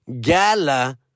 gala